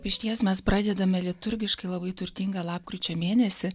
išties mes pradedame liturgiškai labai turtingą lapkričio mėnesį